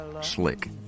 slick